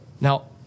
Now